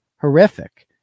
horrific